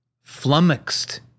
flummoxed